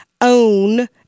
own